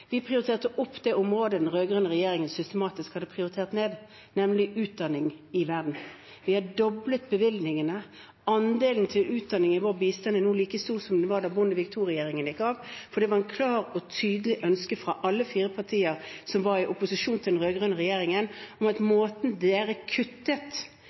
Vi prioriterte opp det området den rød-grønne regjeringen systematisk hadde prioritert ned, nemlig utdanning i verden. Vi har doblet bevilgningene. Andelen til utdanning i vår bistand er nå like stor som den var da Bondevik II-regjeringen gikk av, for det var et klart og tydelig ønske fra alle fire partier som var i opposisjon til den rød-grønne regjeringen, at måten man kuttet